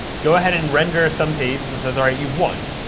go ahead and render some page that says, all right, you've one.